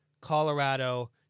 Colorado